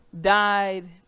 died